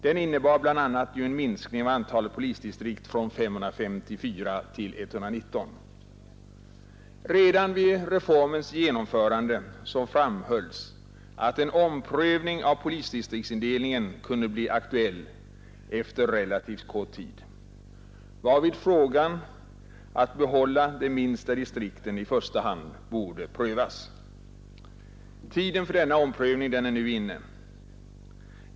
Den innebar bl.a. en minskning av antalet polisdistrikt från 554 till 119. Redan vid reformens genomförande framhölls att en omprövning av polisdistriktsindelningen kunde bli aktuell efter relativt kort tid, varvid möjligheten att behålla de minsta distrikten i första hand borde prövas. Tiden för denna omprövning är nu inne.